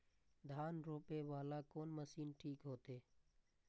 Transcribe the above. धान रोपे वाला कोन मशीन ठीक होते?